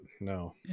no